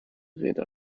rede